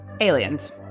aliens